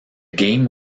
game